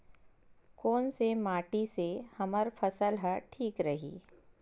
कोन से माटी से हमर फसल ह ठीक रही?